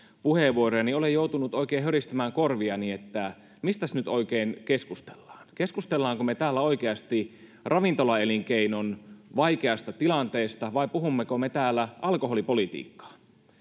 puheenvuoroja niin olen joutunut oikein höristämään korviani että mistäs nyt oikein keskustellaan keskustelemmeko me täällä oikeasti ravintolaelinkeinon vaikeasta tilanteesta vai puhummeko me täällä alkoholipolitiikkaa